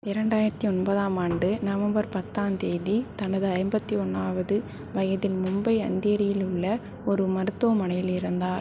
இரண்டாயிரத்து ஒன்பதாம் ஆண்டு நவம்பர் பத்தாம் தேதி தனது ஐம்பத்து ஒன்றாவது வயதில் மும்பை அந்தேரியில் உள்ள ஒரு மருத்துவமனையில் இறந்தார்